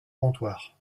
comptoir